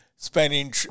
spending